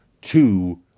Two